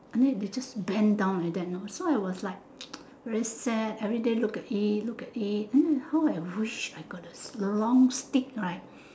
until they just bend down like that know so I was like very sad everyday look at it look at it and then how I wish I got that long stick right